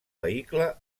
vehicle